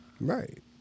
Right